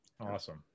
Awesome